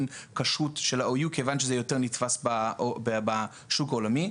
כשרות של ה-OU כיוון שזה יותר נתפס בשוק העולמי.